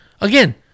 Again